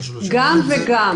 גם וגם.